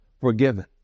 forgiven